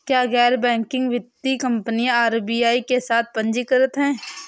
क्या गैर बैंकिंग वित्तीय कंपनियां आर.बी.आई के साथ पंजीकृत हैं?